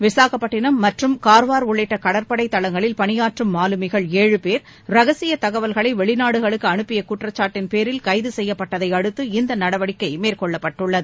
விசாகப்பட்டிணம் மற்றும் கார்வார் உள்ளிட்ட கடற்படை தளங்களில் பணியாற்றும் மாலுமிகள் ஏழு பேர் ரகசிய தகவல்களை வெளிநாடுகளுக்கு அனுப்பிய குற்றச்சாட்டின் பேரில் கைது செய்யப்பட்டதை அடுத்து இந்த நடவடிக்கை மேற்கொள்ளப்பட்டுள்ளது